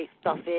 stuffy